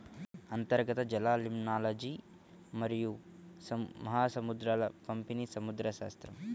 అంతర్గత జలాలలిమ్నాలజీమరియు మహాసముద్రాల పంపిణీసముద్రశాస్త్రం